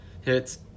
hits